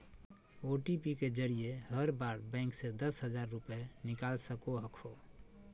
OTP के जरिए हर बार बैंक से दस हजार रुपए निकाल सको हखो